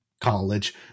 college